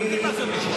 צריכים לעשות ביטוח.